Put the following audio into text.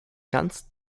ganz